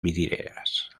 vidrieras